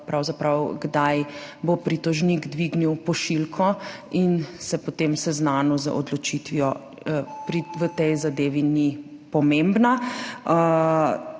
pravzaprav to, kdaj bo pritožnik dvignil pošiljko in se potem seznanil z odločitvijo, v tej zadevi ni pomembno.